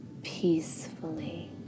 peacefully